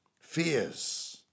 Fears